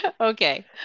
Okay